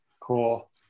cool